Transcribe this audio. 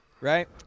Right